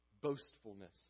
Boastfulness